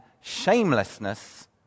shamelessness